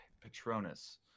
Patronus